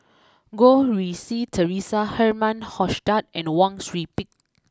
Goh Rui Si Theresa Herman Hochstadt and Wang Sui Pick